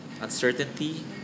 uncertainty